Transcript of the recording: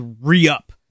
re-up